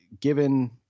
given